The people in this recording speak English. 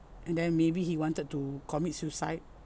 and then maybe he wanted to commit suicide